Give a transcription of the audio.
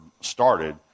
started